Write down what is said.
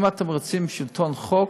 אם אתם רוצים שלטון חוק,